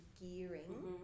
gearing